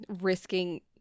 Risking